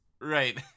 right